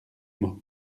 mots